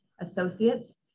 associates